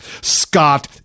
Scott